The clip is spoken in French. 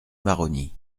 maroni